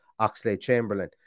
Oxlade-Chamberlain